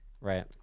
Right